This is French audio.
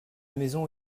maison